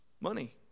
Money